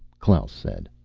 klaus said.